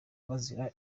bazira